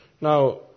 Now